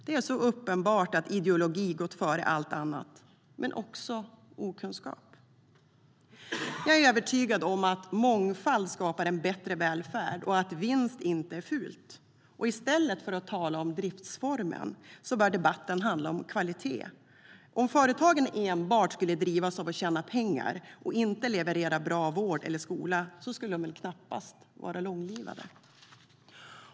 Det är uppenbart att ideologi gått före allt annat, men det handlar också om okunskap. Jag är övertygad om att mångfald skapar en bättre välfärd och att vinst inte är fult. I stället för att tala om driftsform bör debatten handla om kvalitet. Om företagen enbart skulle drivas av att tjäna pengar och inte leverera bra vård eller skola skulle de väl knappast bli långlivade?